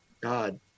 god